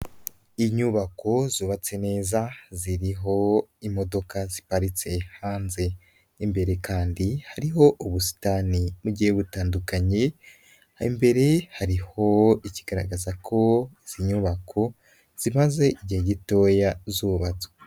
Inyubako zubatse neza ziriho imodoka ziparitse hanze. Imbere kandi hariho ubusitani mugihe butandukanye, imbere hariho ikigaragaza ko izi nyubako zimaze igihe gitoya zubatswe.